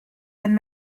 and